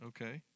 Okay